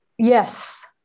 Yes